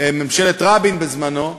ממשלת רבין בזמנו,